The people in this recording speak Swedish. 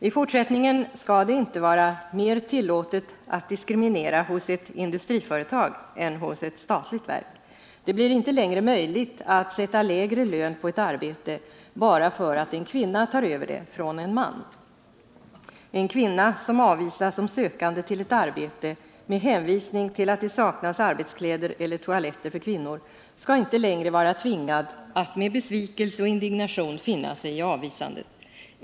I fortsättningen skall det inte vara mer tillåtet att diskriminera hos ett industriföretag än hos ett statligt verk. Det blir inte längre möjligt att sätta lägre lön på ett arbete bara för att en kvinna tar över det från en man. En kvinna som avvisas som sökande till ett arbete, med hänvisning till att det saknas arbetskläder eller toaletter för kvinnor, skall inte längre vara tvingad att med besvikelse och indignation finna sig i avvisandet.